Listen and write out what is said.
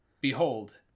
Behold